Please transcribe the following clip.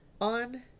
on